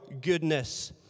goodness